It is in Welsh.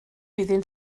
iddynt